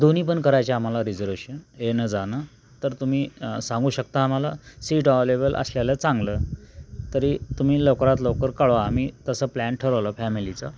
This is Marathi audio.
दोन्ही पण करायचे आम्हाला रिझर्वेशन येणं जाणं तर तुम्ही सांगू शकता आम्हाला सीट अवलेबल असलेलं चांगलं तरी तुम्ही लवकरात लवकर कळवा आम्ही तसं प्लॅन ठरवलं फॅमिलीचं